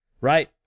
right